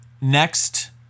next